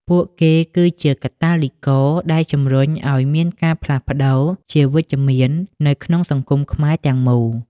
ពួកគេគឺជា "កាតាលីករ" ដែលជម្រុញឱ្យមានការផ្លាស់ប្តូរជាវិជ្ជមាននៅក្នុងសង្គមខ្មែរទាំងមូល។